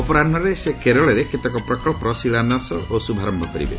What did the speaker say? ଅପରାହୁରେ ସେ କେରଳରେ କେତେକ ପ୍ରକଳ୍ପର ଶିଳାନ୍ୟାସ ଓ ଶୁଭାରମ୍ଭ କରିବେ